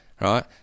right